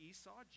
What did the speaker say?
Esau